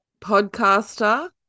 Podcaster